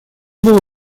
было